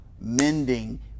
mending